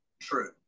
true